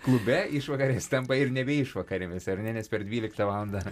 klube išvakarės tampa ir nebe išvakarėmis ar ne nes per dvyliktą valandą